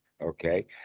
okay